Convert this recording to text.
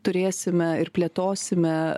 turėsime ir plėtosime